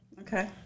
Okay